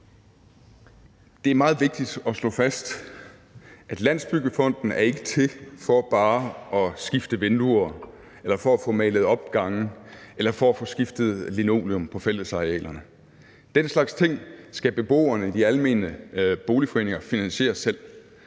Det er meget vigtigt at slå fast, at Landsbyggefonden ikke er til for bare at få skiftet vinduer, få malet opgange eller få skiftet linoleum på fællesarealerne. Den slags ting skal beboerne i de almene boligforeninger finansiere selv.